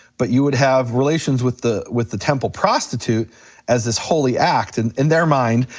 but you would have relations with the with the temple prostitute as this holy act, and in their mind.